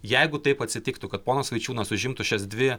jeigu taip atsitiktų kad ponas vaičiūnas užimtų šias dvi